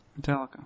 Metallica